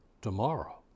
tomorrow